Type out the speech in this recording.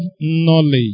knowledge